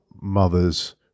mother's